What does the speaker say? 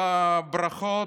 בברכות,